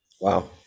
Wow